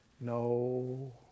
No